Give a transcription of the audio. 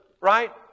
right